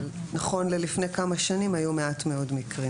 נכון ללפני כמה שנים היו מעט מאוד מקרים